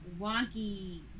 wonky